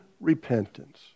repentance